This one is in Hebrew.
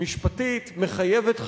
משפטית מחייבת חדשה,